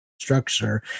structure